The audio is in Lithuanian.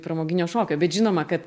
pramoginio šokio bet žinoma kad